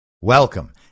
Welcome